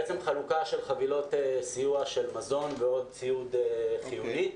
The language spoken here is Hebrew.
חלוקה של חבילות סיוע של מזון ועוד ציוד חיוני.